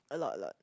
a lot a lot